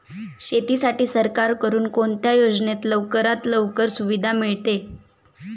शेतीसाठी सरकारकडून कोणत्या योजनेत लवकरात लवकर सुविधा मिळते?